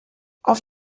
auf